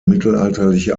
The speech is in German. mittelalterliche